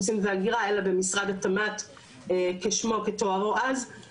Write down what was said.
כשמו כתוארו אז, הייתה הסתייעות